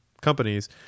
companies